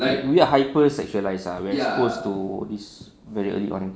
we are hyper sexualise ah we're exposed to this very early on